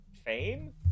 fame